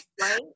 Right